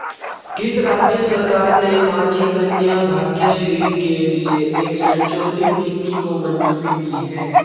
किस राज्य सरकार ने माझी कन्या भाग्यश्री के लिए एक संशोधित नीति को मंजूरी दी है?